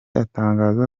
atangaza